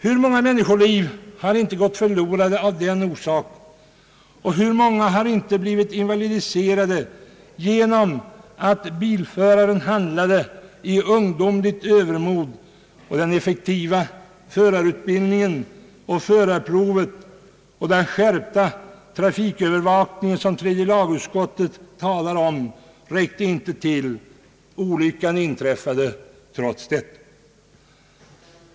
Hur många människoliv har inte gått förlorade av den orsaken? Hur många har inte blivit invalidiserade genom att bilföraren handlat i ungdomligt övermod och genom att den effektiva förarutbildningen, förarprovet och den skärpta trafikövervakning som tredje lagutskottet talar om inte räckt till? Olyckan inträffade trots detta.